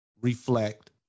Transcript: reflect